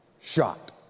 shot